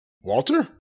Walter